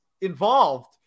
involved